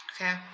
Okay